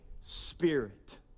Spirit